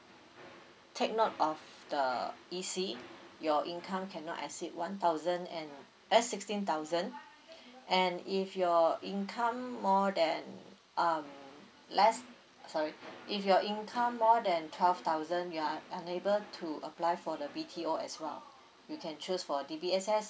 take note of the E_C your income cannot exceed one thousand and eh sixteen thousand and if your income more than um less sorry if your income more than twelve thousand you are unable to apply for the B_T_O as well you can choose for D_B_S_S